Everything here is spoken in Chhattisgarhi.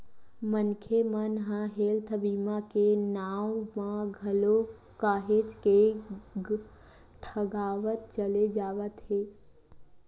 मनखे मन ह हेल्थ बीमा के नांव म घलो काहेच के ठगावत चले जावत हे